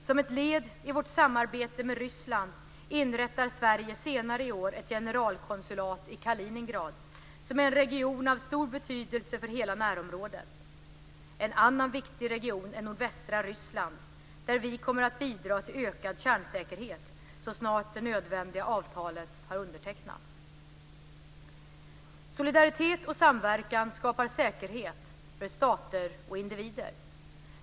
Som ett led i vårt samarbete med Ryssland inrättar Sverige senare i år ett generalkonsulat i Kaliningrad, som är en region av stor betydelse för hela närområdet. En annan viktig region är nordvästra Ryssland, där vi kommer att bidra till ökad kärnsäkerhet så snart det nödvändiga avtalet har undertecknats. Solidaritet och samverkan skapar säkerhet för stater och individer.